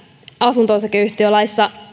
asunto osakeyhtiölaissa